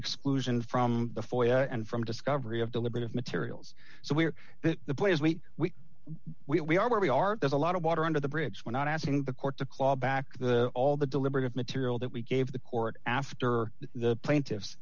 exclusion from the foyer and from discovery of deliberative materials so we're the place we we we are where we are there's a lot of water under the bridge we're not asking the court to claw back the all the deliberative material that we gave the court after the plaintiffs